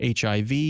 HIV